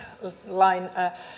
lain